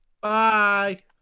Bye